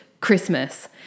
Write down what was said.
Christmas